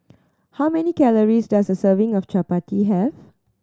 how many calories does a serving of chappati have